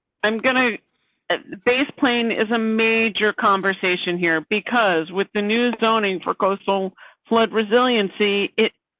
i'm going to base plane is a major conversation here, because with the news zoning for coastal flood resiliency it.